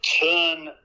turn